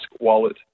wallet